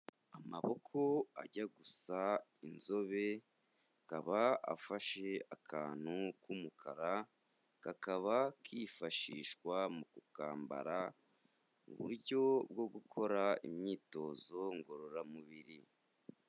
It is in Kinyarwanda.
Amaboko ajya gusa inzobe akaba afashe akantu k'umukara, kakaba kifashishwa mu kukambara mu buryo bwo gukora imyitozo ngororamubiri.